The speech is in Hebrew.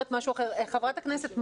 חברת הכנסת מארק,